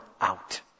out